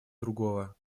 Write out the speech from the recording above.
другого